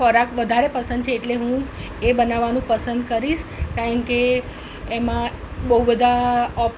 ખોરાક વધારે પસંદ છે એટલે હું એ બનાવવાનું પસંદ કરીશ કારણ કે એમાં બહુ બધા ઓપ